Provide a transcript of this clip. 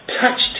touched